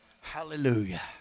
Hallelujah